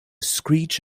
screech